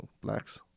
Blacks